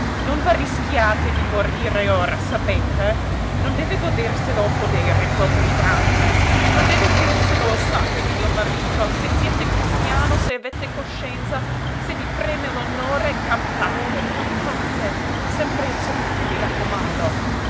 perdono non v'arrischiate di morire ora sapete non deve goderselo il podere quel brigante non deve berselo il sangue di mio marito se siete cristiano se avete coscienza se vi preme l'onore campate campate sempre in salute mi raccomando